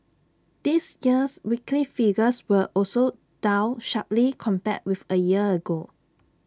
this year's weekly figures were also down sharply compared with A year ago